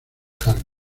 cargos